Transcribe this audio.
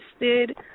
interested